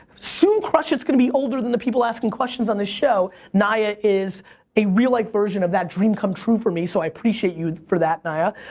soon, crush it s gonna be older than the people asking questions on this show. nya is a real life like version of that dream come true for me, so i appreciate you for that, nya.